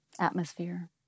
atmosphere